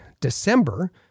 December